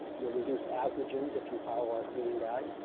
you'll reduce asthmagens if you follow our cleaning guide.